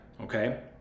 okay